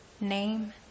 name